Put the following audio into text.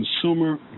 consumer